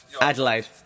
Adelaide